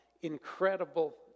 incredible